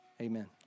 amen